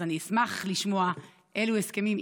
אז אני אשמח לשמוע אילו הסכמים.